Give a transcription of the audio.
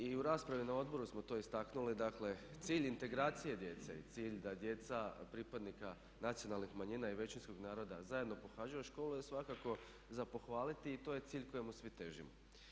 I u raspravi na odboru smo to istaknuli dakle cilj integracije djece i cilj da djeca pripadnika nacionalnih manjina i većinskog naroda zajedno pohađaju škole je svakako za pohvaliti i to je cilj kojemu svi težimo.